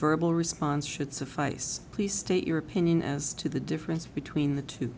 verbal response should suffice please state your opinion as to the difference between the two